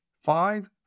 Five